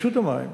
מרשות המים,